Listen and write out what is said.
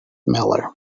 miller